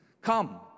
Come